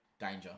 Danger